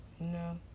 No